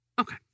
Okay